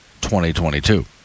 2022